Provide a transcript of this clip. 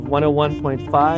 101.5